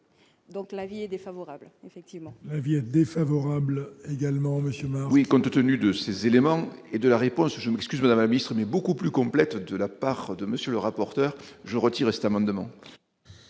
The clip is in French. Donc, l'avis est défavorable effectivement. L'avis est défavorable également monsieur main. Oui, compte tenu de ces éléments et de la réponse, je m'excuse de la ministre, mais beaucoup plus complète de la part de monsieur le rapporteur, je retire cette amendement.